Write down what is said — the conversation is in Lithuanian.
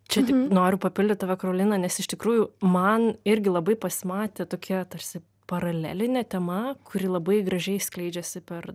čia tik noriu papildyt tave karolina nes iš tikrųjų man irgi labai pasimatė tokia tarsi paralelinė tema kuri labai gražiai skleidžiasi per